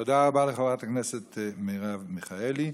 תודה רבה לחברת הכנסת מרב מיכאלי.